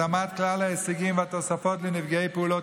התאמת כלל ההישגים והתוספות לנפגעי פעולות